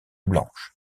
blanches